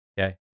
Okay